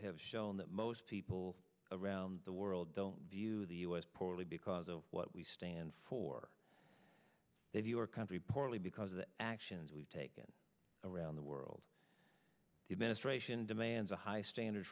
have shown that most people around the world don't view the us poorly because of what we stand for if your country partly because of the actions we've taken around the world administration demands a high standard